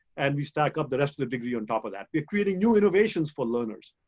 and we stack up the rest of the degree on top of that. we're creating new innovations for learners.